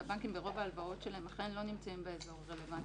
שהבנקים ברוב ההלוואות שלהם אכן לא נמצאים באזור הרלוונטי,